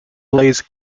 lays